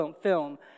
film